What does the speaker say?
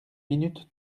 minute